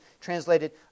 translated